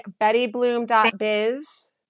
BettyBloom.biz